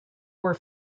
were